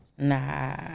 Nah